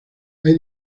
hay